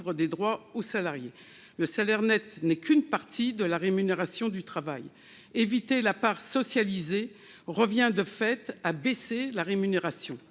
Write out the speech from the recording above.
des droits au salarié, le salaire net n'étant qu'une partie de la rémunération du travail. Éviter la part socialisée revient de fait à baisser la rémunération.